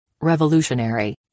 revolutionary